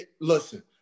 Listen